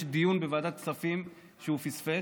יש דיון בוועדת כספים שהוא פספס.